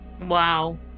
wow